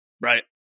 Right